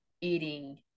eating